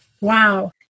wow